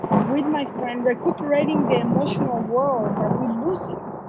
with my friend. recuperating the emotional world that we're losing.